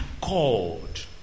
called